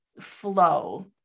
flow